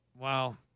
Wow